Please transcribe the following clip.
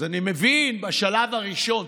אז אני מבין בשלב הראשון.